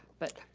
but.